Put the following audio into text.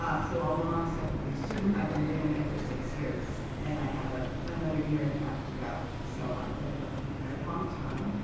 ah so although i'm a second year student, i've been doing it for six years. and i have another year and a half to go. so i've been here for a very long time,